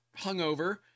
hungover